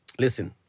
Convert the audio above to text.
listen